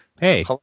Hey